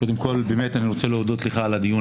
קודם כל באמת אני רוצה להודות לך על הדיון